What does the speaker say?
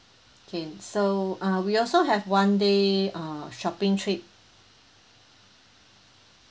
okay so uh we also have one day err shopping trip